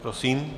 Prosím.